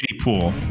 pool